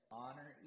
honor